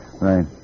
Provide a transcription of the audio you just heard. Right